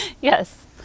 Yes